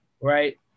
right